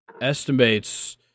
estimates